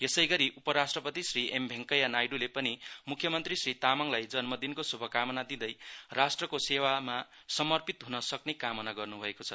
यसैगरी उपराष्ट्रपति श्री एम वैंकया नाइड्ले पनि मुख्यमन्त्री श्री तामाङलाई जन्मदिनको शुभकामना दिँदै राष्ट्रको सेवामा समर्पित हुनसक्ने कामना गर्नु भएको छ